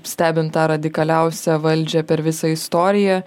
stebint tą radikaliausią valdžią per visą istoriją